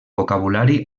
vocabulari